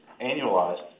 annualized